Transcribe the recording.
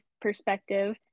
perspective